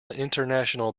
international